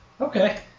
Okay